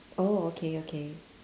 oh okay okay